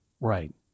Right